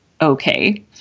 Okay